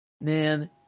Man